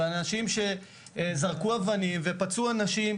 לאנשים שזרקו אבנים פצעו אנשים,